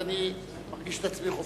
אז אני מרגיש את עצמי חופשי.